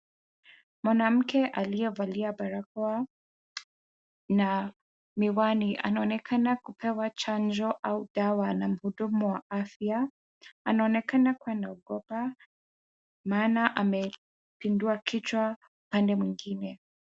Mwanamke aliyevalia barakoa na miwani anaonekana kupewa chanjo au dawa na mhudumu wa afya. Anaonekana kuwa anaogopa. Maana amepindua kichwa pande mwingine.